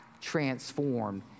transformed